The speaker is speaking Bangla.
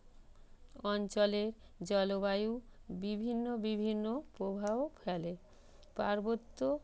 অঞ্চলের জলবায়ু বিভিন্ন বিভিন্ন প্রভাব ফেলে পার্বত্য